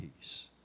peace